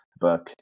book